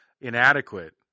inadequate